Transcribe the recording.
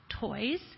toys